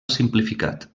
simplificat